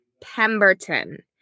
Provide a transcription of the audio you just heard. Pemberton